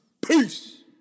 Peace